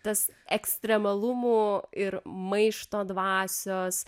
tas ekstremalumų ir maišto dvasios